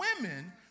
women